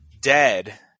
dead